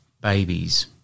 Babies